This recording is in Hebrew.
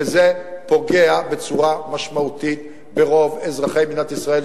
וזה פוגע בצורה משמעותית ברוב אזרחי מדינת ישראל.